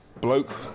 bloke